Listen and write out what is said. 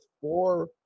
four